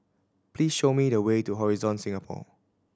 please show me the way to Horizon Singapore